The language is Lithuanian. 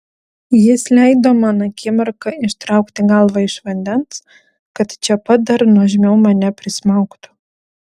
jis leido man akimirką ištraukti galvą iš vandens kad čia pat dar nuožmiau mane prismaugtų